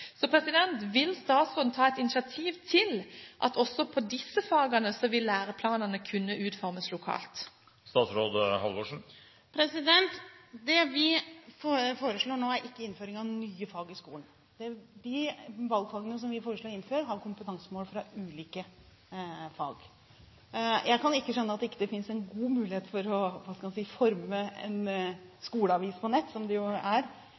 Vil statsråden ta et initiativ til at også i disse fagene vil læreplanene kunne utformes lokalt? Det vi foreslår nå, er ikke innføring av nye fag i skolen. De valgfagene som vi foreslår å innføre, har kompetansemål fra ulike fag. Jeg kan ikke skjønne at det ikke finnes en god mulighet for – hva skal en si – å forme en skoleavis på nett, som det jo er,